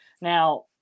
Now